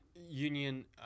Union